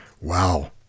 Wow